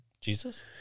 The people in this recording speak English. Jesus